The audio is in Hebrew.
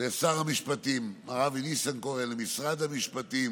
לשר המשפטים מר אבי ניסנקורן, למשרד המשפטים,